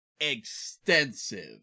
extensive